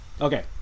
okay